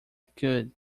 could